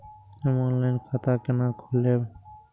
हम ऑनलाइन खाता केना खोलैब?